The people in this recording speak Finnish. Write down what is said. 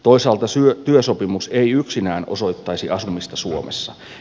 toisaalta työsopimus ei yksinään osoittaisi asumista suomessa